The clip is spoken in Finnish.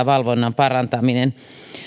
valvonnan parantaminen